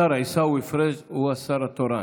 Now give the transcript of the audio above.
השר עיסאווי פריג' הוא השר התורן.